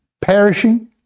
Perishing